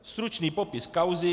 Stručný popis kauzy.